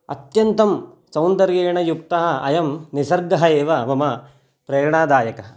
अत्यन्तं सौन्दर्येण युक्तः अयं निसर्गः एव मम प्रेरणादायकः